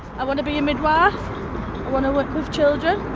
i want to be a midwife, i want to work with children.